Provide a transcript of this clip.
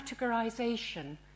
categorization